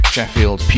Sheffield